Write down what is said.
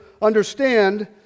understand